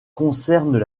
concernent